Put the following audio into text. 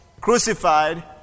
crucified